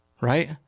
right